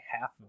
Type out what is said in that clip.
half